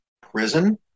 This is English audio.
prison